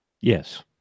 Yes